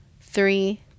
Three